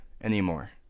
anymore